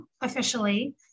officially